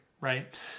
right